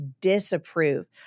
disapprove